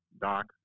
Doc